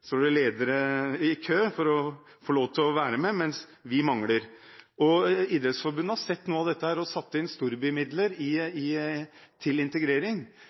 står det ledere i kø for å få lov til å være med, mens vi mangler ledere. Idrettsforbundet har sett noe av dette og satt inn storbymidler for å fremme integrering,